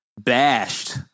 bashed